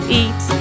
eat